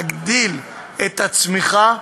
להגדיל את הצמיחה,